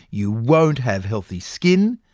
you won't have healthy skin,